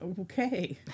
Okay